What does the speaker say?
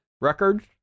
records